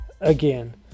again